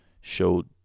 showed